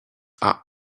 are